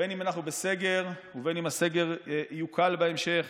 בין שאנחנו בסגר ובין שהסגר יוקל בהמשך.